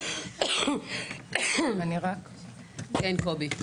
--- קובי,